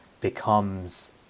becomes